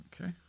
Okay